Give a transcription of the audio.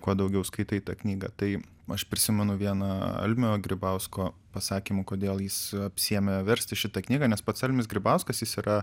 kuo daugiau skaitai tą knygą tai aš prisimenu vieną almio grybausko pasakymų kodėl jis apsiėmė versti šitą knygą nes pats almis grybauskas jis yra